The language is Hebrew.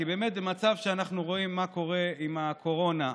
כי במצב שבו אנחנו רואים מה קורה עם הקורונה,